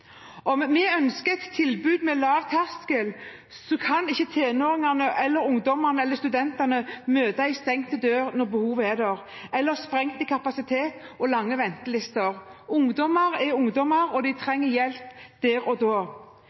Om vi ønsker et tilbud med lav terskel, kan ikke tenåringene, ungdommene eller studentene møte en stengt dør når behovet er der – eller sprengt kapasitet og lange ventelister. Ungdommer er ungdommer, og de trenger hjelp der og da.